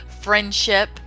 friendship